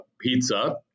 pizza